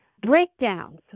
breakdowns